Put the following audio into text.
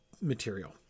material